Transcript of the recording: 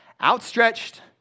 outstretched